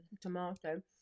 tomato